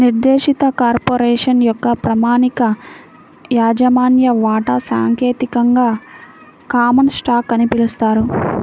నిర్దేశిత కార్పొరేషన్ యొక్క ప్రామాణిక యాజమాన్య వాటా సాంకేతికంగా కామన్ స్టాక్ అని పిలుస్తారు